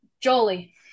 Jolie